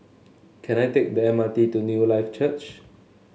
can I take the M R T to Newlife Church